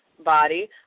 body